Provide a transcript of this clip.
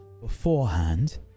beforehand